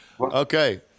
Okay